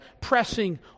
pressing